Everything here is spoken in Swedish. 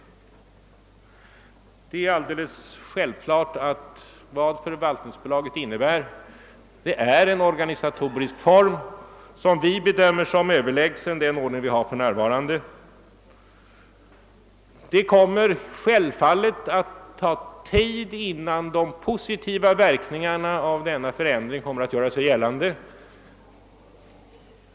Det är emellertid självklart att vi bedömer förvaltningsbolaget innebära en organisatorisk form som är överlägsen den ordning vi har för närvarande. Men det kommer självfallet att ta tid innan de positiva verkningarna av denna förändring gör sig gällande.